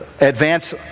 advance